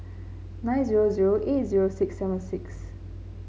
nine zero zero eight zero six seven six